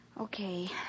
Okay